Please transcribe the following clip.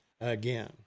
again